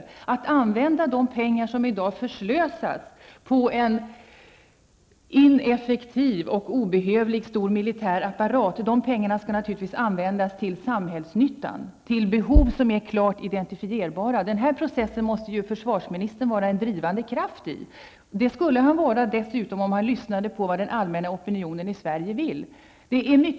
I stället för att använda de pengar som i dag förslösas på en ineffektiv och obehövlig stor militärapparat skall dessa pengar naturligtvis användas till samhällsnyttan, till behov som är klart identifierbara. Den här processen måste försvarsministern vara en drivande kraft i. Det skulle han vara om han lyssnade på vad den allmänna opinionen i Sverige vill.